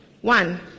One